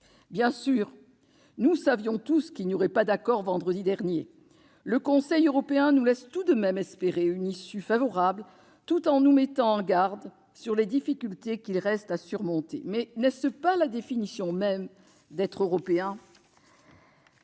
Bien sûr, nous savions tous qu'il n'y aurait pas d'accord vendredi dernier. Le Conseil européen nous laisse tout de même espérer une issue favorable, tout en nous mettant en garde sur les difficultés qu'il reste à surmonter. Mais n'est-ce pas la définition même de l'Europe ?